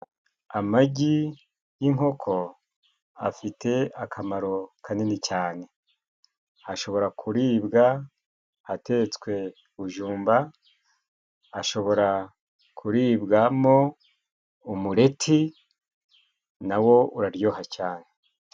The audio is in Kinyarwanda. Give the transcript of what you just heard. Amagi y'inkoko afite akamaro kanini cyane. Ashobora kuribwa atetswe bujumba, ashobora kuribwamo umureti na wo uraryoha cyane.